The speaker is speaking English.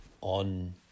on